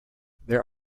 there